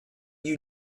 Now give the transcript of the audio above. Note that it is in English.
you